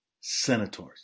Senators